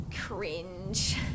Cringe